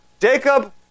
Jacob